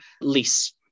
lease